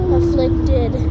afflicted